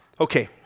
okay